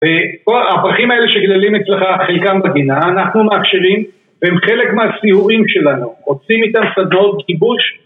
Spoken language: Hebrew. כל ההפכים האלה שגדלים אצלך חלקם בגינה, אנחנו מאפשרים והם חלק מהסיורים שלנו, חוצים איתם שדות כיבוש